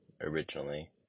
originally